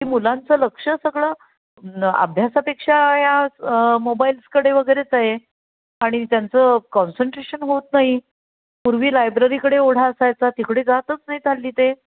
की मुलांचं लक्ष सगळं अभ्यासापेक्षा या मोबाईल्सकडे वगैरेच आहे आणि त्यांचं कॉन्सन्ट्रेशन होत नाही पूर्वी लायब्ररीकडे ओढा असायचा तिकडे जातच नाहीत हल्ली ते